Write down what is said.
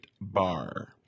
bar